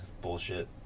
bullshit